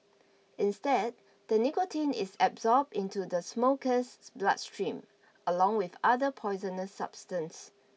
instead the nicotine is absorbed into the smoker's bloodstream along with other poisonous substances